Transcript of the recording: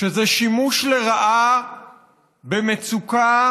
שזה שימוש לרעה במצוקה